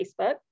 Facebook